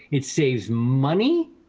it saves money